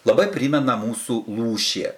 labai primena mūsų lūšį